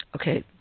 Okay